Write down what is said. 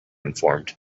informed